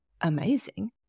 amazing